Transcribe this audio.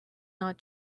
not